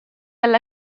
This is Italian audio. alla